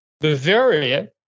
Bavaria